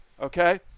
Okay